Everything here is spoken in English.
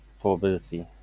probability